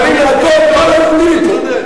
מוכנים לעקור את כל היהודים מפה.